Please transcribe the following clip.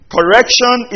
Correction